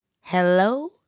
Hello